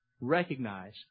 Recognize